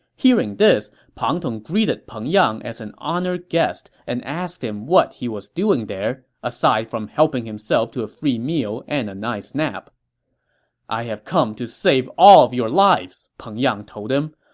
hearing this, pang tong greeted peng yang as an honored guest and asked him what he was doing there, aside from helping himself to a free meal and a nice nap i have come to save all of your lives, peng yang told him.